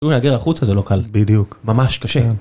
אפילו להעביר החוצה , זה לא קל. בדיוק. ממש קשה.